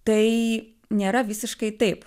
tai nėra visiškai taip